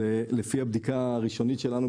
אז לפי הבדיקה הראשונית שלנו,